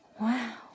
Wow